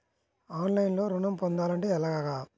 ఆన్లైన్లో ఋణం పొందాలంటే ఎలాగా?